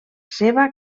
seva